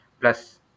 plus